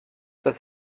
dass